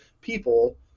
people